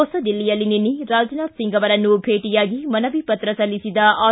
ಹೊಸದಿಲ್ಲಿಯಲ್ಲಿ ನಿನ್ನೆ ರಾಜನಾಥ ಸಿಂಗ್ ಅವರನ್ನು ಭೇಟಯಾಗಿ ಮನವಿ ಪತ್ರ ಸಲ್ಲಿಸಿದ ಆರ್